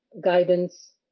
guidance